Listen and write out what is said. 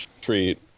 Treat